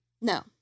no